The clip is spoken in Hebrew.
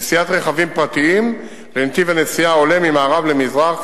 נסיעת רכבים פרטיים בנתיב הנסיעה העולה ממערב למזרח,